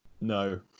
No